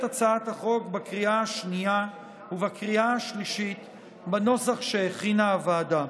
הצעת החוק בקריאה השנייה ובקריאה השלישית בנוסח שהכינה הוועדה.